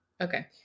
okay